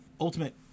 ultimate